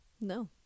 no